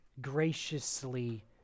graciously